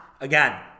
again